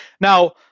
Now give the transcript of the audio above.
Now